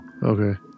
Okay